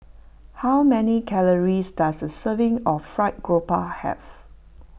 how many calories does a serving of Fried Grouper have